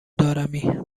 دارمی